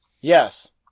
Yes